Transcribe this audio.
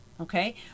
Okay